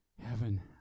heaven